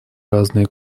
разные